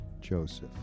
Joseph